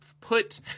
put